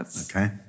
Okay